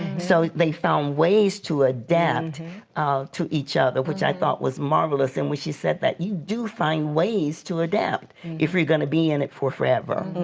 so they found ways to adapt to each other which i thought was marvelous and when she said that, you do find ways to adapt if you're gonna be in it for forever.